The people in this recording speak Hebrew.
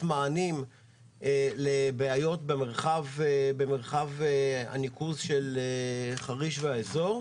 מענים לבעיות במרחב הניקוז של חריש והאזור.